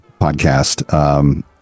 podcast